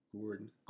Gordon